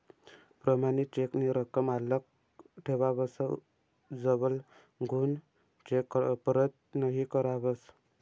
प्रमाणित चेक नी रकम आल्लक ठेवावस जवलगून चेक परत नहीं करावस